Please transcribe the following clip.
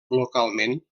localment